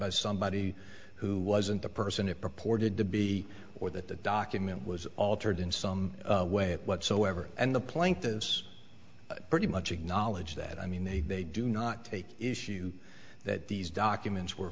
by somebody who wasn't the person it purported to be or that the document was altered in some way it whatsoever and the plank this pretty much acknowledge that i mean they they do not take issue that these documents were